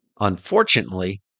Unfortunately